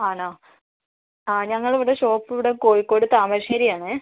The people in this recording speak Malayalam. ആണോ ആ ഞങ്ങളിവിടെ ഷോപ്പ് ഇവിടെ കോഴിക്കോട് താമരശ്ശേരി ആണേ